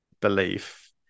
belief